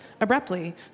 abruptly